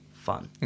Fun